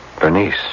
Bernice